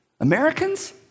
Americans